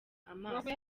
amaso